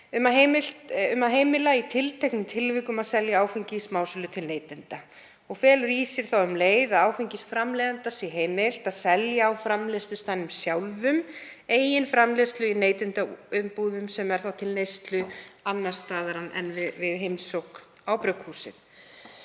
er að heimila í tilteknum tilvikum að selja áfengi í smásölu til neytenda og felur það í sér að áfengisframleiðanda sé heimilt að selja á framleiðslustaðnum sjálfum eigin framleiðslu í neytendaumbúðum sem er þá til neyslu annars staðar en við heimsókn í brugghúsið.